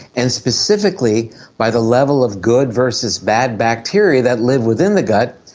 and specifically by the level of good versus bad bacteria that live within the gut,